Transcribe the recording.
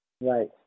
right